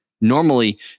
Normally